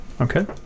Okay